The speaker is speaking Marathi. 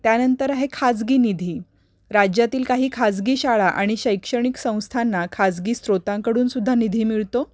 त्यानंतर आहे खासगी निधी राज्यातील काही खाजगी शाळा आणि शैक्षणिक संस्थांना खाजगी स्रोतांकडूनसुद्धा निधी मिळतो